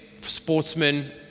sportsmen